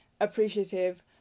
appreciative